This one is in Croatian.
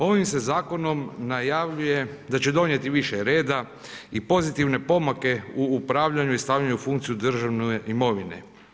Ovim se zakonom najavljuje da će donijeti više reda i pozitivne pomake u upravljanju i stavljanje u funkciju državne imovine.